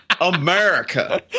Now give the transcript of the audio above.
America